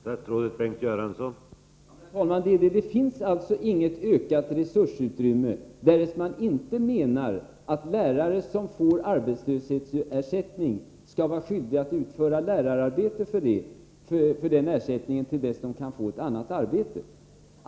Herr talman! Det finns inget ökat resursutrymme därest man inte menar Fredagen den att lärare som får arbetslöshetsersättning skall vara skyldiga att utföra —& april 1984 lärararbete för den ersättningen till dess de kan få ett annat arbete.